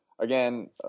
Again